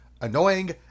Annoying